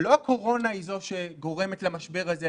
לא הקורונה היא זו שגורמת למשבר הזה,